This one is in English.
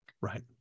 right